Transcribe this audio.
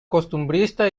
costumbrista